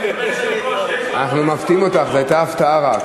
אנחנו מפתיעים אותך, זאת הייתה הפתעה.